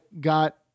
got